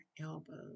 elbows